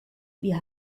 wir